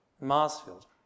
Marsfield